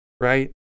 right